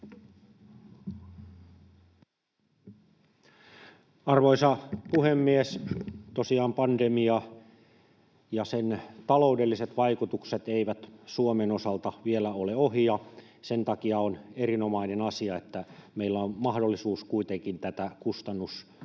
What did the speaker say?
Arvoisa puhemies! Tosiaan pandemia ja sen taloudelliset vaikutukset eivät Suomen osalta vielä ole ohi, ja sen takia on erinomainen asia, että meillä on mahdollisuus kuitenkin tätä kustannustukea